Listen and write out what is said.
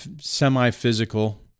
semi-physical